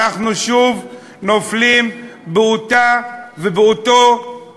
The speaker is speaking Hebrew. אנחנו שוב נופלים באותו מקום.